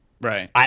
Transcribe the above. Right